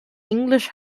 english